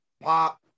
pop